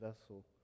vessel